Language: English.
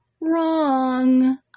wrong